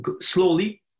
slowly